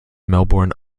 melbourne